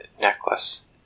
necklace